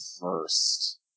first